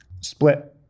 split